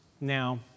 Now